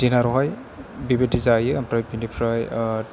दिनारावहाय बेबायदि जायो ओमफ्राय बेनिफ्राय